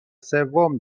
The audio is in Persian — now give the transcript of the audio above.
سوم